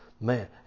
Man